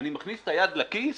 אני מכניס את היד לכיס,